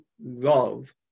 love